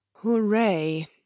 hooray